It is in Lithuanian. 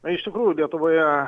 na iš tikrų lietuvoje